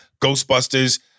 Ghostbusters